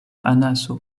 anaso